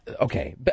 okay